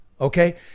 okay